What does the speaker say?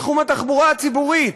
בתחום התחבורה הציבורית,